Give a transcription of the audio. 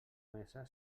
mesa